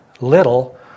little